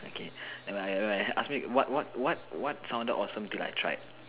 okay never mind never mind ask me what what what what sounded awesome till I tried